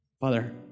Father